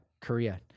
Korea